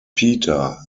pieter